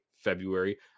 February